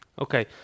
Okay